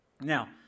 Now